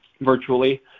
virtually